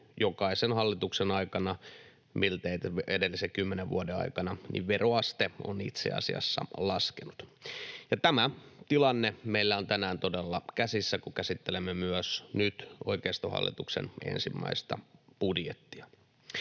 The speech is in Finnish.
jokaisen hallituksen aikana miltei edellisen kymmenen vuoden aikana veroaste on itse asiassa laskenut. Tämä tilanne meillä on tänään todella käsissä, kun käsittelemme nyt oikeistohallituksen ensimmäistä budjettia.